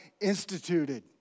instituted